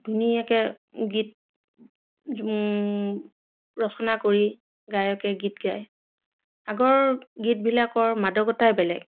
ধুনীয়াকৈ গীত ৰচনা কৰি গায়কে গীত গায় আগৰ গীতবিলাকৰ মাদকতাই বেলেগ